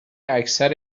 اکثر